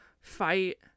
fight